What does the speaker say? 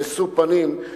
נשוא פנים,